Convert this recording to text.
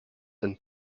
and